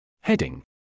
Heading